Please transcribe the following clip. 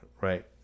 right